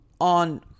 on